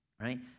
Right